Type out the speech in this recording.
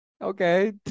Okay